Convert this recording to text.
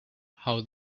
how